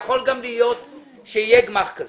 יכול להיות שיהיה גמ"ח כזה.